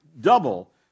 double